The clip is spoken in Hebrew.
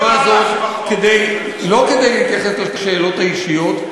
אני לוקח את הדוגמה הזאת לא כדי להתייחס לשאלות האישיות,